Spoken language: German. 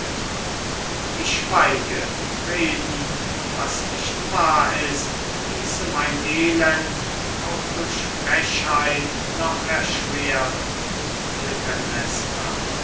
ich schweige reden was nicht wahr ist hieße mein elend auch durch frechheit noch erschweren